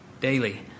daily